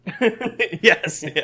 Yes